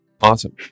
Awesome